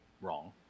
wrong